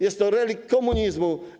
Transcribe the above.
Jest to relikt komunizmu.